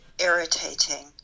irritating